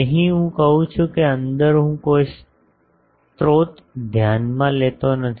અહીં હું કહું છું કે અંદર હું કોઈ સ્રોત ધ્યાનમાં લેતો નથી